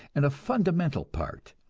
and a fundamental part.